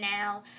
now